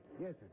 Yes